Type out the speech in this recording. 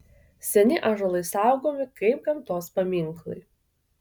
seni ąžuolai saugomi kaip gamtos paminklai